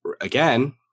again